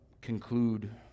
conclude